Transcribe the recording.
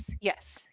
yes